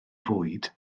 fwyd